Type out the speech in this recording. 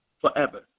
forever